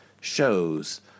shows